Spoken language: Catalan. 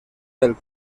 del